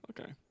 Okay